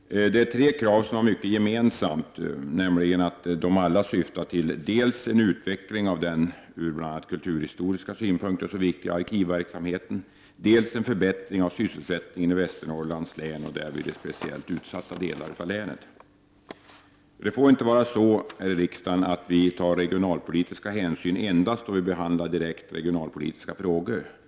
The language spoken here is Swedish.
Det är tre krav som har mycket gemensamt, nämligen att de alla syftar till dels en utveckling av den ur bl.a. kulturhistoriska synpunkter så viktiga arkivverksamheten, dels en förbättring av sysselsättningen i Västernorrlands län och därvid i speciellt utsatta delar av länet. Det får inte vara så i riksdagen att vi tar regionalpolitiska hänsyn endast då vi behandlar direkt regionalpolitiska frågor.